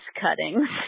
cuttings